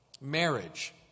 Marriage